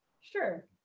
sure